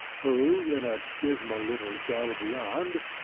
who in a dismal little cell beyond,